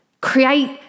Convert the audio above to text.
create